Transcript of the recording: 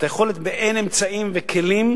את היכולת, באין אמצעים וכלים,